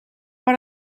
per